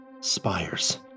Spires